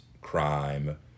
crime